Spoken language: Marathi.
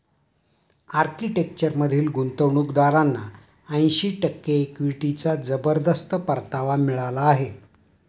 आर्किटेक्चरमधील गुंतवणूकदारांना ऐंशी टक्के इक्विटीचा जबरदस्त परतावा मिळाला आहे